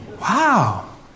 Wow